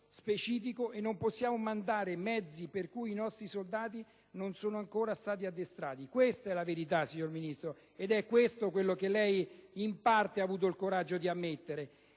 specifico e non possiamo rischiare (...) di mandare mezzi per cui i nostri soldati non sono ancora stati addestrati». Questa è la verità, signor Ministro, ed è questo quello che lei in parte ha avuto il coraggio di ammettere.